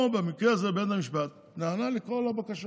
פה, במקרה הזה, בית המשפט נענה לכל הבקשות